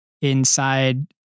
inside